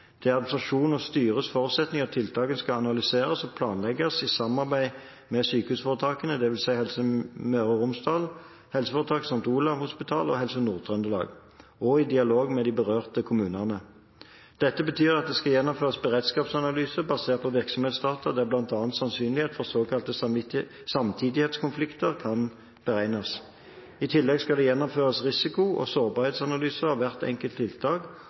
Det er administrasjonens og styrets forutsetning at tiltakene skal analyseres og planlegges i samarbeid med sykehusforetakene, dvs. Helse Møre og Romsdal HF, St. Olavs Hospital HF og Helse Nord-Trøndelag HF og i dialog med de berørte kommunene. Dette betyr at det skal gjennomføres beredskapsanalyser basert på virksomhetsdata der bl.a. sannsynlighet for såkalte samtidighetskonflikter kan beregnes. I tillegg skal det gjennomføres risiko- og sårbarhetsanalyser av hvert enkelt tiltak